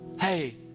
Hey